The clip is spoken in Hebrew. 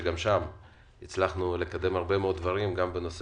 שגם בה הצלחנו לקדם הרבה מאוד דברים בנוגע